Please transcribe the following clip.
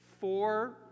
four